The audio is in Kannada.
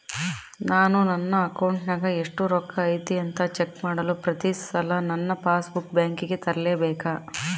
ನಾನು ನನ್ನ ಅಕೌಂಟಿನಾಗ ಎಷ್ಟು ರೊಕ್ಕ ಐತಿ ಅಂತಾ ಚೆಕ್ ಮಾಡಲು ಪ್ರತಿ ಸಲ ನನ್ನ ಪಾಸ್ ಬುಕ್ ಬ್ಯಾಂಕಿಗೆ ತರಲೆಬೇಕಾ?